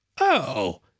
Oh